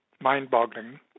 mind-boggling